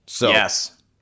Yes